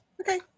okay